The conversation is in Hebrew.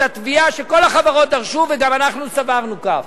את התביעה שכל החברות דרשו, וגם אנחנו סברנו כך: